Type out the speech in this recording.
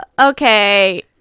Okay